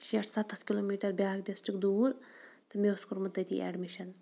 شیٹھ سَتَتھ کِلوٗمیٖٹَر بیٛاکھ ڈِسٹِک دوٗر تہٕ مےٚ اوس کوٚرمُت تٔتی ایڈمِشَن